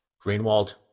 Greenwald